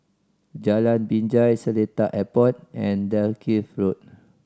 Jalan Binjai Seletar Airport and Dalkeith Road